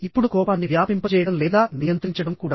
ఇప్పుడు కోపాన్ని వ్యాపింపజేయడం లేదా నియంత్రించడం కూడా